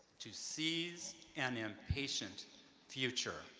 to seize an impatient future.